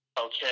okay